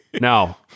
Now